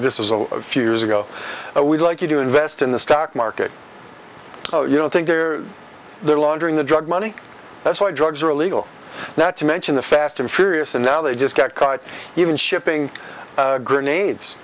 this is a few years ago we'd like you to invest in the stock market oh you don't think they're laundering the drug money that's why drugs are illegal not to mention the fast and furious and now they just got caught even shipping grenades